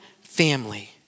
family